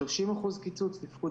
30% קיצוץ, תפקוד